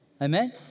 Amen